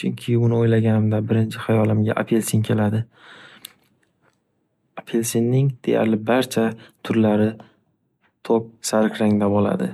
Chunki uni o’ylaganimda birinchi hayolimga apelsin keladi. Apelsinning deyarli barcha turlari to’q sariq rangda bo’ladi.